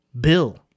Bill